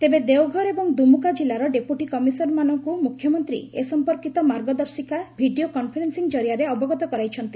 ତେବେ ଦେଓଘର ଏବଂ ଦୁମୁକା ଜିଲ୍ଲାର ଡେପୁଟି କମିଶନର୍ମାନଙ୍କୁ ମୁଖ୍ୟମନ୍ତ୍ରୀ ଏ ସମ୍ପର୍କୀତ ମାର୍ଗଦର୍ଶିକା ଭିଡ଼ିଓ କନ୍ଫରେନ୍ସିଂ କରିଆରେ ଅବଗତ କରାଇଛନ୍ତି